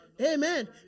Amen